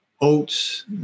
oats